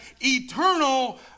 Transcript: eternal